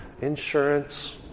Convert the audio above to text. insurance